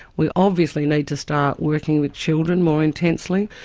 we obviously need to start working with children more intensely.